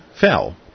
fell